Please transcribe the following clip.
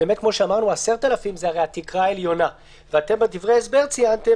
10,000 שקל זה התקרה העליונה ובדברי ההסבר ציינתם